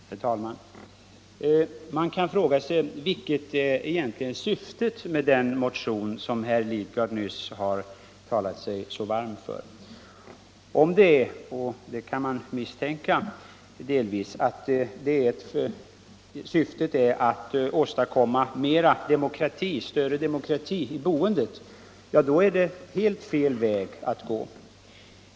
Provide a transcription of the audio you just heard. Herr talman! Man kan fråga sig: Vilket är egentligen syftet med den motion som herr Lidgard nyss talade sig så varm för? Om det är — och det kan man delvis misstänka - moderaternas mening att den här vägen åstadkomma större demokrati i boendet, då är det en helt felaktig väg som har valts.